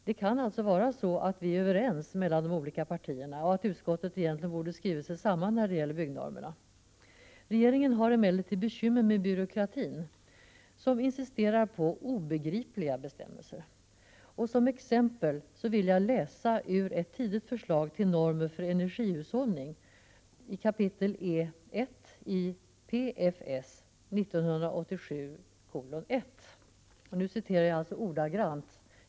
Det kan alltså vara så att vi är överens mellan de olika partierna och att utskottet egentligen borde ha skrivit sig samman när det gäller byggnormerna. Regeringen har emellertid bekymmer med byråkratin, vars företrädare insisterar på obegripliga bestämmelser. Som exempel vill jag läsa ur ett tidigt förslag till normer för energihushållning Kapitel E1:i PFS 1987:1. Jag citerar ordagrant.